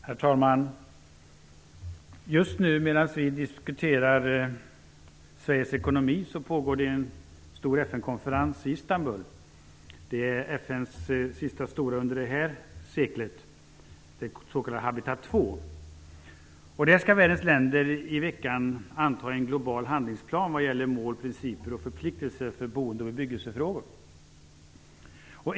Herr talman! Just nu, medan vi diskuterar Sveriges ekonomi, pågår en stor FN-konferens i Istanbul. Det är FN:s sista stora konferens under detta sekel, Habitat II. Där skall världens länder i veckan anta en global handlingsplan vad gäller mål, principer och förpliktelser för boende och bebyggelsefrågor.